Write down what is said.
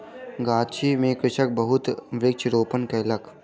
गाछी में कृषक बहुत वृक्ष रोपण कयलक